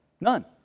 None